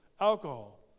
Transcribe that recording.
alcohol